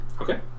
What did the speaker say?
Okay